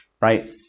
right